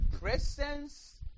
presence